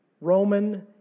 Roman